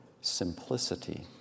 simplicity